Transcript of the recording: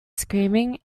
screaming